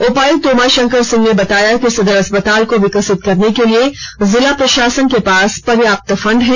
उपायुक्त उमाशंकर सिंह ने बताया कि सदर अस्पताल को विकसित करने के लिए जिला प्रशासन के पास पर्याप्त फंड है